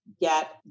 get